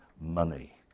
money